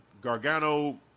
Gargano